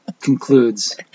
concludes